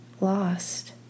lost